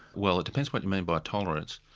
well, it depends what you mean by tolerance.